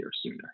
sooner